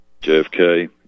JFK